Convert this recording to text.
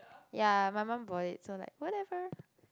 ya my mum bought it so like whatever